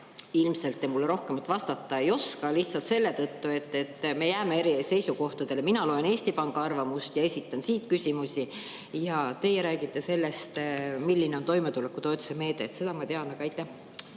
Ilmselt te mulle rohkemat vastata ei oska – lihtsalt selle tõttu, et me jääme eri seisukohtadele. Mina loen Eesti Panga arvamust ja esitan selle põhjal küsimusi, teie räägite sellest, milline on toimetulekutoetuse meede. Seda ma tean.